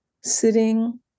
sitting